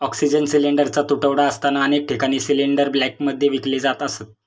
oxygen सिलिंडरचा तुटवडा असताना अनेक ठिकाणी सिलिंडर ब्लॅकमध्ये विकले जात असत